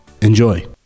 Enjoy